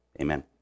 Amen